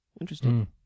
Interesting